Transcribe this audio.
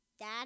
dad